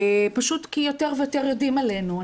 פשוט כי יותר ויותר יודעים עלינו.